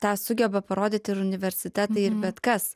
tą sugeba parodyt ir universitetai ir bet kas